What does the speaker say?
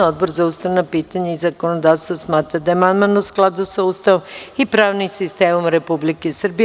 Odbor za ustavna pitanja i zakonodavstvo smatra da je amandman u skladu sa Ustavom i pravnim sistemom Republike Srbije.